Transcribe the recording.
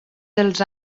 dels